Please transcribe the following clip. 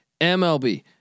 MLB